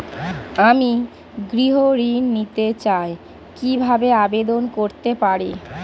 আমি গৃহ ঋণ নিতে চাই কিভাবে আবেদন করতে পারি?